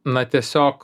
na tiesiog